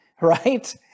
right